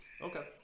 Okay